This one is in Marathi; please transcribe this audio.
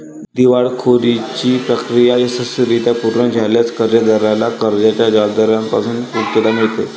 दिवाळखोरीची प्रक्रिया यशस्वीरित्या पूर्ण झाल्यास कर्जदाराला कर्जाच्या जबाबदार्या पासून मुक्तता मिळते